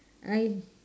I